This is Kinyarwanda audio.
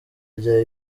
rya